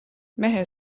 mehe